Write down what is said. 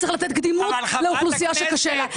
צריך לתת קדימות לאוכלוסייה שקשה לה.